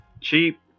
Cheap